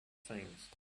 things